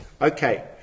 Okay